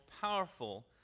powerful